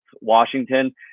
Washington